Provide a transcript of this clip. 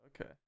Okay